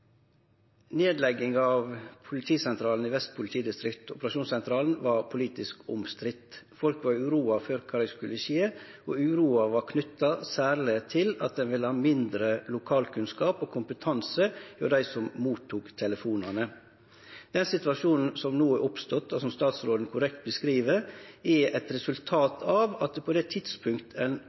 av operasjonsentralen i Vest politidistrikt var politisk omstridt. Folk var uroa for kva som skulle skje, og uroa var knytt særleg til at det ville vere mindre lokalkunnskap og kompetanse hos dei som tok imot telefonane. Den situasjonen som no er oppstått, og som statsråden korrekt beskriv, er eit resultat av at ein på det tidspunktet ein